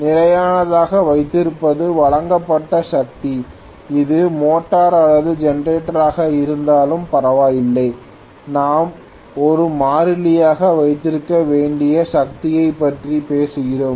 லையானதாக வைத்திருப்பது வழங்கப்பட்ட சக்தி அது மோட்டார் அல்லது ஜெனரேட்டராக இருந்தாலும் பரவாயில்லை நாம் ஒரு மாறிலியாக வைத்திருக்க வேண்டிய சக்தியைப் பற்றி பேசுகிறோம்